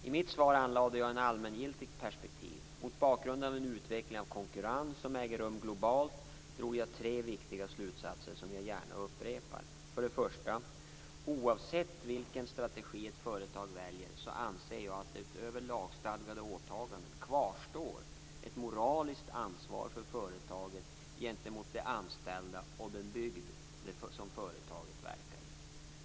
I mitt svar anlade jag ett allmängiltigt perspektiv. Mot bakgrund av den utveckling av konkurrensen som äger rum globalt drog jag tre viktiga slutsatser, som jag gärna upprepar. För det första: Oavsett vilken strategi ett företag väljer, anser jag att det, utöver lagstadgade åtaganden, kvarstår ett moraliskt ansvar för företaget gentemot de anställda och den bygd som företaget verkar i.